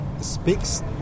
speaks